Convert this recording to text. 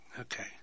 Okay